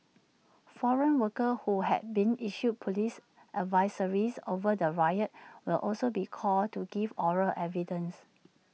foreign workers who had been issued Police advisories over the riot will also be called to give oral evidence